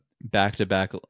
back-to-back